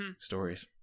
stories